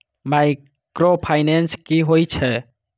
Micro finance कि होई छै?